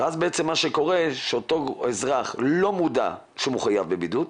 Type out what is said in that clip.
ומה שקורה שאותו אזרח לא מודע לכך שהוא מחויב בבידוד,